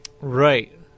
Right